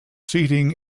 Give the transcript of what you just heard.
seating